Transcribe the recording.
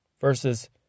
versus